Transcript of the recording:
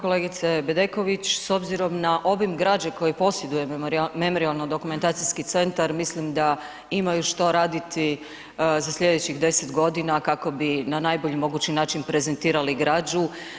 Kolegice Bedeković s obzirom na obim građe koju posjeduje Memorijalno-dokumentacijski centar mislim da imaju što raditi za sljedećih 10 godina kako bi na najbolji mogući način prezentirali građu.